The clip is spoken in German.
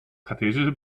kartesische